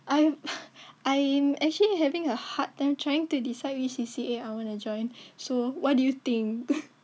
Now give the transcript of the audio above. I I'm actually having a hard time trying to decide which C_C_A I wanna join so what do you think